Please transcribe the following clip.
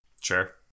Sure